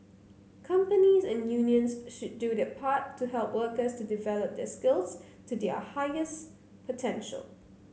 companies and unions should do their part to help workers to develop their skills to their highest potential